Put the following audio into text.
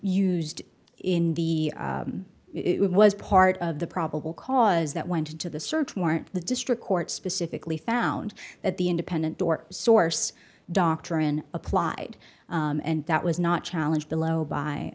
sed in the it was part of the probable cause that went into the search warrant the district court specifically found that the independent or source doctrine applied and that was not challenged the low